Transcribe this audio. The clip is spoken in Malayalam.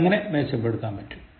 ഇത് എങ്ങനെ മെച്ചപ്പെടുത്താൻ പറ്റും